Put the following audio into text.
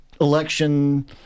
election